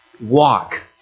walk